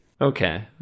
Okay